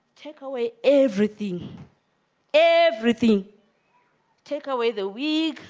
take away everything everything take away the week